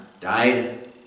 died